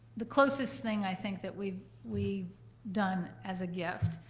the closest thing i think that we've we've done as a gift.